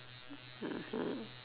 (uh huh)